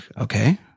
okay